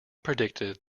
predicted